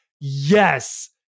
yes